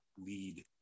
lead